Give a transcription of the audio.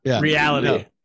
reality